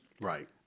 Right